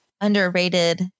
underrated